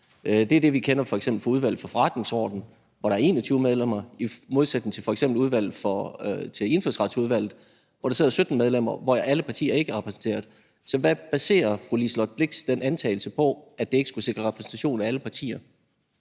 Det er det, vi kender fra f.eks. Udvalget for Forretningsordenen, hvor der er 21 medlemmer, i modsætning til f.eks. Indfødsretsudvalget, hvor der sidder 17 medlemmer, og hvor alle partier ikke er repræsenteret. Så hvad baserer fru Liselott Blixt den antagelse på, at lovforslaget ikke skulle sikre repræsentation af alle partier?